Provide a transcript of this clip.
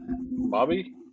Bobby